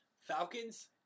Falcons